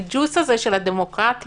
הניג'וס הזה של הדמוקרטיה,